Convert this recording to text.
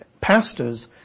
pastors